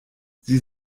sie